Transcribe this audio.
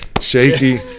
shaky